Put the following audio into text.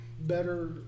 better